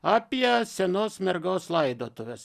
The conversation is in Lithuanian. apie senos mergos laidotuves